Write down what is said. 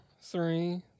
three